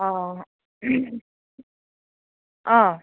অঁ অঁ